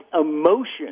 emotion